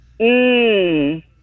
Mmm